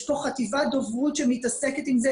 יש פה חטיבת דוברות שמתעסקת עם זה,